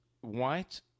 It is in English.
white